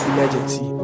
Emergency